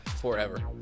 forever